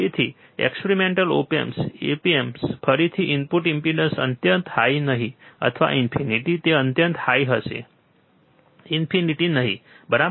તેથી experimental op amp ફરીથી input impedance અત્યંત હાઈ નહીં અથવા ઈન્ફિનિટ તે અત્યંત હાઈ હશે ઈન્ફિનિટ નહીં બરાબર